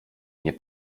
nie